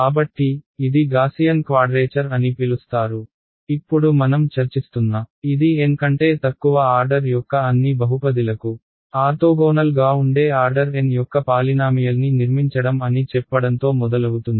కాబట్టి ఇది Gaussian quadrature అని పిలుస్తారు ఇప్పుడు మనం చర్చిస్తున్న ఇది N కంటే తక్కువ ఆర్డర్ యొక్క అన్ని బహుపదిలకు ఆర్తోగోనల్గా ఉండే ఆర్డర్ N యొక్క పాలినామియల్ని నిర్మించడం అని చెప్పడంతో మొదలవుతుంది